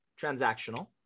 transactional